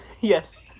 Yes